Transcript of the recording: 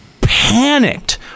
panicked